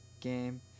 game